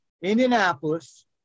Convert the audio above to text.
Indianapolis